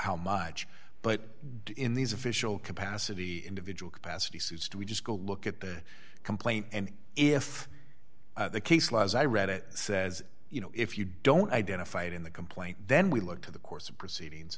how much but do in these official capacity individual capacity suits do we just go look at the complaint and if the case law as i read it says you know if you don't identify it in the complaint then we look to the course of proceedings